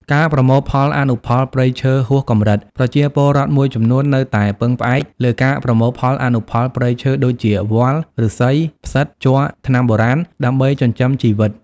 ការប្រមូលផលអនុផលព្រៃឈើហួសកម្រិត ប្រជាពលរដ្ឋមួយចំនួននៅតែពឹងផ្អែកលើការប្រមូលផលអនុផលព្រៃឈើ ដូចជា វល្លិ ឫស្សី ផ្សិត ជ័រ ថ្នាំបុរាណ ដើម្បីចិញ្ចឹមជីវិត។